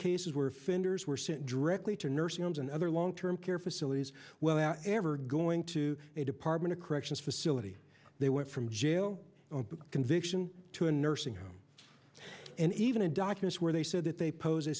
cases where fenders were sent directly to nursing homes and other long term care facilities well ever going to a department of corrections facility they went from jail on a conviction to a nursing home and even a doctor this where they said that they pose a